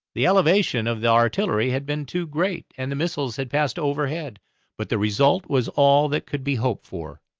the elevation of the artillery had been too great, and the missiles had passed overhead but the result was all that could be hoped for,